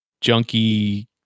junkie